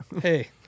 Hey